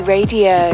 Radio